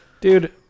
dude